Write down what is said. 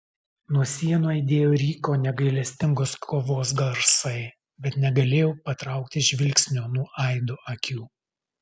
nuo sienų aidėjo ryko negailestingos kovos garsai bet negalėjau patraukti žvilgsnio nuo aido akių